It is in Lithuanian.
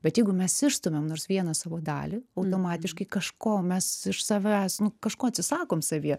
bet jeigu mes išstumiam nors vieną savo dalį automatiškai kažko mes iš savęs nu kažko atsisakom savyje